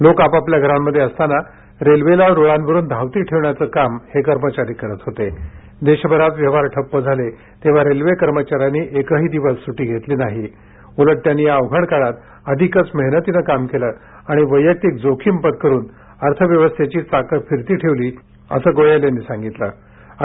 लोक आपापल्या घरांमध्ये असताना रेल्वेला रुळांवरुन धावती ठेवण्याचं काम हे कर्मचारी करत होते देशभरात व्यवहार ठप्प झाले तेव्हा रेल्वे कर्मचाऱ्यांनी एकही दिवस सुटी घेतली नाही उलट त्यांनी या अवघड काळात अधिकच मेहनतीनं काम केलं आणि वैयक्तिक जोखीम पत्करुन अर्थव्यवस्थेची चाकं फिरती ठेवली असं गोयल यांनी म्हटलं आहे